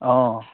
অঁ